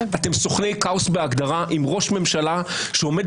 אתם סוכני כאוס בהגדרה עם ראש ממשלה שעומד